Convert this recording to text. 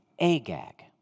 Agag